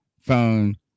phone